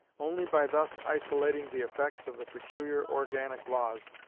only by thus isolating the effects of the peculiar organic laws,